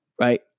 right